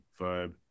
vibe